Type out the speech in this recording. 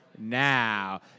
now